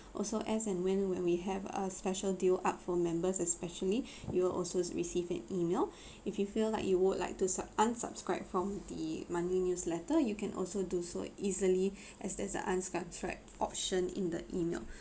also as and when when we have a special deal up for members especially you will also receive an email if you feel like you would like to sub~ unsubscribe from the monthly newsletter you can also do so easily as there's a unsubscribe option in the email